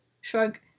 shrug